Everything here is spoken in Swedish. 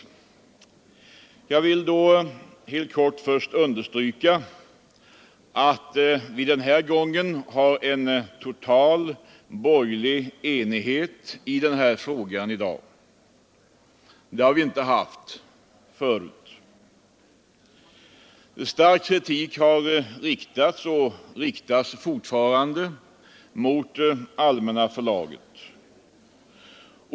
Jag vill då helt kort först understryka att vi den här gången har en total borgerlig enighet i frågan. Det har vi inte haft förut. En stark kritik har riktats mot Allmänna förlaget.